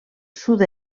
sud